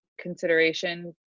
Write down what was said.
consideration